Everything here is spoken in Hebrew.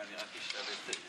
לרשותך 20 דקות.